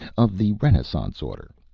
of the renaissance order.